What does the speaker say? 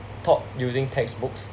taught using textbooks